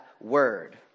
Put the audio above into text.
word